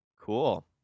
Cool